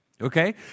okay